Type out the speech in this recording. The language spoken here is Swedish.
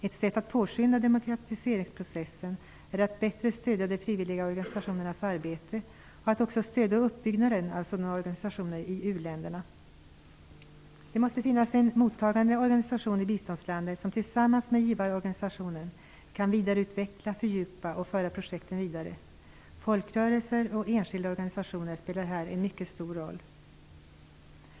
Ett sätt att påskynda demokratiseringsprocessen är att bättre stödja de frivilliga organisationernas arbete och att också stödja uppbyggnaden av sådana organisationer i uländerna. Det måste finnas en mottagande organisation i biståndslandet som tillsammans med givarorganisationen kan vidareutveckla, fördjupa och föra projekten vidare. Folkrörelser och enskilda organisationer spelar här en mycket stor roll.